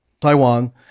Taiwan